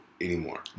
anymore